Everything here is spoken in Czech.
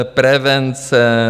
Prevence.